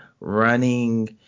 running